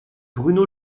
bruno